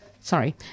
Sorry